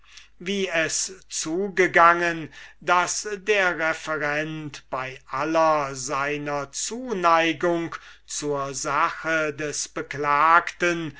wie es zugegangen daß der referent bei aller seiner affection zur sache des beklagten